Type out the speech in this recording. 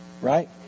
Right